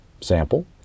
sample